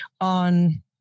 on